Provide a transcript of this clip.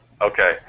Okay